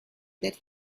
that